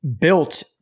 built